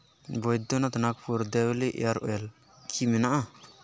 ᱵᱚᱫᱫᱚᱱᱟᱛᱷ ᱱᱟᱜᱽᱯᱩᱨ ᱵᱤᱞᱣᱟ hair oil ᱠᱤ ᱢᱮᱱᱟᱜᱼᱟ